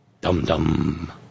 Dum-dum